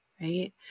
right